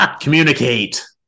Communicate